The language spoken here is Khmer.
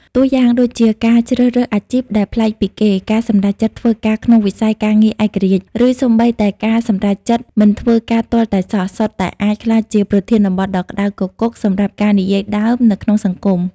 តួយ៉ាងដូចជា ការជ្រើសរើសអាជីពដែលប្លែកពីគេ ការសម្រេចចិត្តធ្វើការក្នុងវិស័យការងារឯករាជ្យ ឬសូម្បីតែការសម្រេចចិត្តមិនធ្វើការទាល់តែសោះ សុទ្ធតែអាចក្លាយជាប្រធានបទដ៏ក្ដៅគគុកសម្រាប់ការនិយាយដើមនៅក្នុងសង្គម។